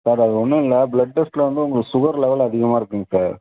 sir அது ஒன்றும் இல்லை பிளெட் டெஸ்டில் வந்து உங்களுக்கு சுகர் லெவல் அதிகமாக இருக்குங்க சார்